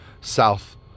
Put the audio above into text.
south